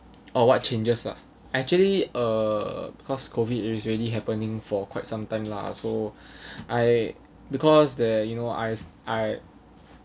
or what changes lah actually uh because COVID is already happening for quite some time lah so I because the you know as I